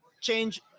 change